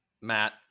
Matt